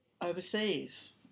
overseas